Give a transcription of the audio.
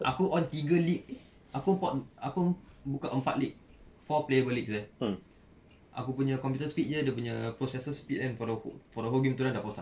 aku on tiga league eh aku port aku buka empat league four players per league eh aku nya computer speed jer dia punya processor speed kan for the whole for the whole game tu kan dah four star